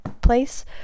place